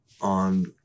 on